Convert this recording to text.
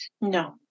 No